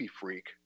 freak